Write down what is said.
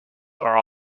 are